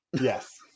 Yes